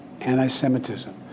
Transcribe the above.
anti-Semitism